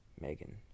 Megan